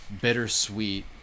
bittersweet